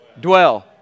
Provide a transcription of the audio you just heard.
Dwell